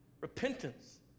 Repentance